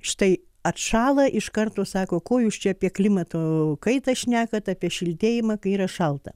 štai atšąla iš karto sako ko jūs čia apie klimato kaitą šnekat apie šiltėjimą kai yra šalta